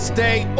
Stay